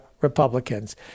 Republicans